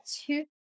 Two